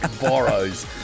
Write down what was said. borrows